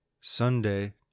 Sunday